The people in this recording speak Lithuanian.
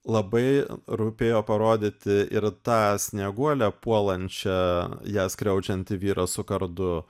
labai rūpėjo parodyti ir tą snieguolę puolančią ją skriaudžiantį vyrą su kardu